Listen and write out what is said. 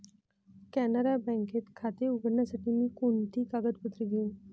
कॅनरा बँकेत खाते उघडण्यासाठी मी कोणती कागदपत्रे घेऊ?